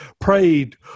Prayed